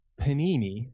panini